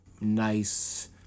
nice